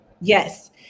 Yes